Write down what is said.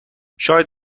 شاید